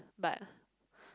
but